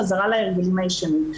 חזרה להרגלים הישנים.